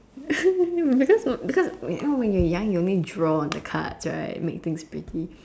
because because when when you're young you only draw on the cards right make things pretty